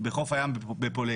בחוף הים בפולג.